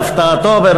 "להפתעתו",